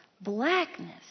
Blackness